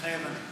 מתחייב אני